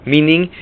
Meaning